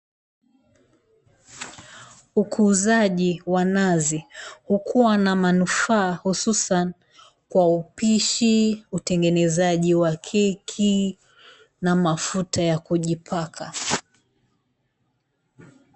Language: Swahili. Ukuzaji wa nazi hukuwa na manufaa hususan kwa upishi, utengenezaji wa keki na mafuta ya kujipaka.